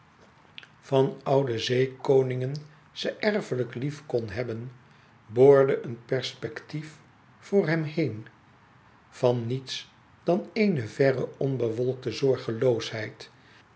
van oude zeekoningen ze erfelijk lief kon hebben boorde een perspectief voor hem heen van niets dan éene verre onbewolkte zorgeloosheid